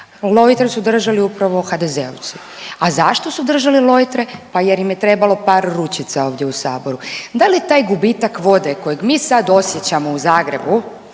lojtre su držali upravo HDZ-ovci? A zašto su držali lojtre? Pa jer im je trebalo par ručica ovdje u Saboru. Da li je taj gubitak vode kojeg mi sad osjećamo u Zagrebu